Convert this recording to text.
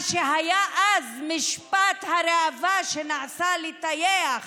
מה שהיה אז, משפט הראווה שנעשה, לטייח